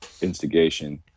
instigation